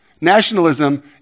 Nationalism